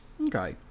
Okay